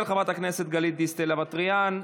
של חברת הכנסת גלית דיסטל אטבריאן.